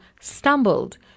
stumbled